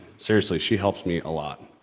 seriously, she helps me a lot.